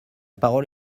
parole